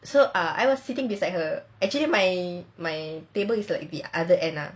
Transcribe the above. so uh I was sitting beside her actually my my table is like the other end lah